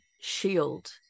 shield